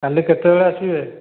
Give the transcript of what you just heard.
କାଲି କେତବେଳେ ଆସିବେ